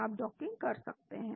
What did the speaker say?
आप डॉकिंग कर सकते हैं